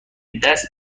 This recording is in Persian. دست